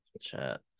chat